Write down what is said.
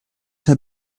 had